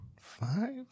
five